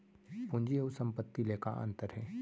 पूंजी अऊ संपत्ति ले का अंतर हे?